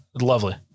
Lovely